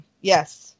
Yes